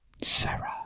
Sarah